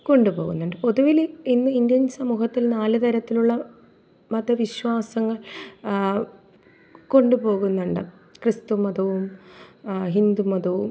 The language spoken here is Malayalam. കൊണ്ടുപോകുന്നുണ്ട് പൊതുവിൽ ഇന്ന് ഇന്ത്യൻ സമൂഹത്തിൽ നാല് തരത്തിലുള്ള മതവിശ്വാസങ്ങൾ കൊണ്ടുപോകുന്നുണ്ട് ക്രിസ്തു മതവും ഹിന്ദു മതവും